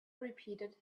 repeated